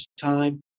time